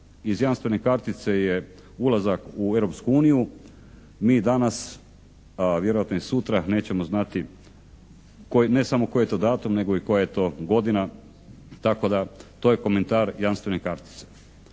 iz jamstvene kartice je ulazak u Europsku uniju. Mi danas, a vjerojatno i sutra nećemo znati ne samo koji je to datum nego i koja je to godina, tako da to je komentar jamstvene kartice.